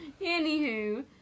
Anywho